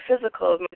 physical